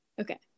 Okay